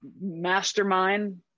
Mastermind